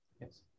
yes